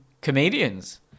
comedians